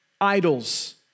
idols